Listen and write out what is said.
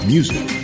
Music